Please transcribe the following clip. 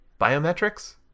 Biometrics